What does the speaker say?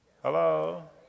Hello